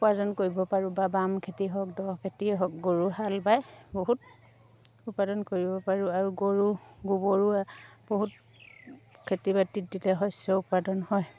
উপাৰ্জন কৰিব পাৰোঁ বা বাম খেতি হওক দ খেতিয়ে হওক গৰু হাল বাই বহুত উপাৰ্জন কৰিব পাৰোঁ আৰু গৰু গোবৰো বহুত খেতি বাতিত দিলে শস্যও উৎপাদন হয়